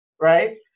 right